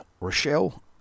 Rochelle